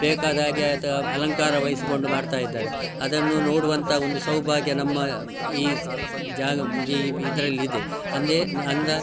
ಬೇಕಾದ ಹಾಗೆ ಅಲಂಕಾರ ವಹಿಸಿಕೊಂಡು ಮಾಡ್ತಾಯಿದ್ದಾರೆ ಅದನ್ನು ನೋಡುವಂತಹ ಒಂದು ಸೌಭಾಗ್ಯ ನಮ್ಮ ಈ ಜಾಗ ಈ ಇದರಲ್ಲಿದೆ ಅಂದರೆ ಅಂದ್ರೆ